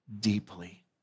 deeply